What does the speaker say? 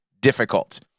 difficult